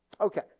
Okay